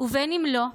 ובין שלא,